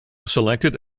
selected